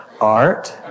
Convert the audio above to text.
art